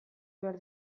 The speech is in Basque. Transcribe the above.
behar